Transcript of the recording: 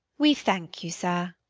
we thank you, sir.